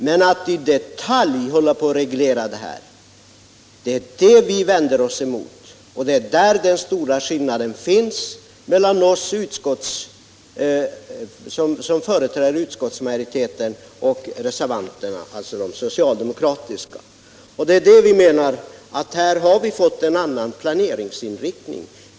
Men att i detalj reglera den är väd vi vänder oss emot, och det är där den stora skillnaden finns mellan oss, som företräder utskottsmajoriteten, och de socialdemokratiska reservanterna. Vi menar att vi här har fått en annan planeringsinriktning.